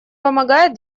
помогает